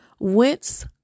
Whence